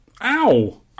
Ow